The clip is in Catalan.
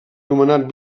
nomenat